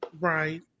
Right